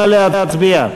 נא להצביע.